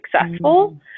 successful